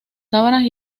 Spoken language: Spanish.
sabanas